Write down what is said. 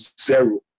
zero